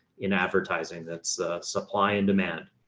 in advertising, that's a supply and demand.